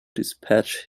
dispatch